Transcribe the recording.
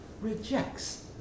rejects